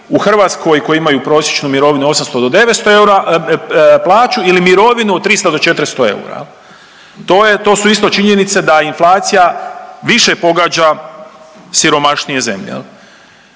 u Hrvatskoj koji imaju prosječnu mirovinu 800 do 900 eura plaću ili mirovinu 300 do 400 eura, to su isto činjenica da inflacija više pogađa siromašnije zemlje.